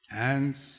hands